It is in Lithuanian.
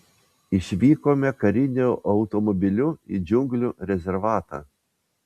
išvykome kariniu automobiliu į džiunglių rezervatą